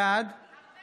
בעד חיים